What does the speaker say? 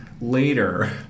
later